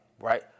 right